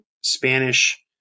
Spanish